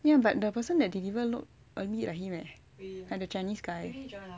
ya but the person that deliver look a bit like him leh like the chinese guy